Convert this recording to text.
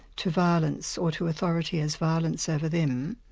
to violence, or to authority as violence over them.